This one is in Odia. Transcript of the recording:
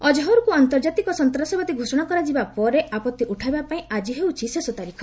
ଅକ୍ହର୍କୁ ଆନ୍ତର୍ଜାତିକ ସନ୍ତାସବାଦୀ ଘୋଷଣା କରାଯିବା ଉପରେ ଆପତ୍ତି ଉଠାଇବାପାଇଁ ଆଜି ହେଉଛି ଶେଷ ତାରିଖ